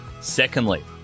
Secondly